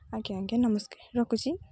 ଆଜ୍ଞା ଆଜ୍ଞା ନମସ୍କାର ରଖୁଛି